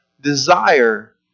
desire